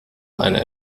einer